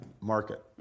market